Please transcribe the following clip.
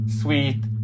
sweet